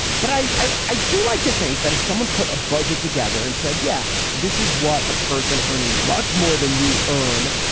but i i do like to think that if someone put a budget together and said yeah this is what a person earning much more than you earn.